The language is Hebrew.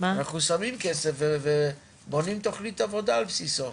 אנחנו שמים כסף ובונים תכנית עבודה על בסיסו,